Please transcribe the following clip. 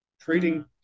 treating